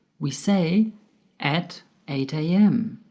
we say at eight a m.